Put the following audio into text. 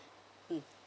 mm